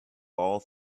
all